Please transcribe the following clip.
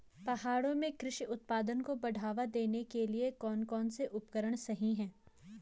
पहाड़ों में कृषि उत्पादन को बढ़ावा देने के लिए कौन कौन से उपकरण सही हैं?